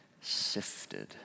sifted